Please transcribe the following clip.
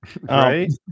right